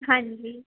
ਹਾਂਜੀ